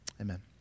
Amen